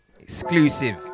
Exclusive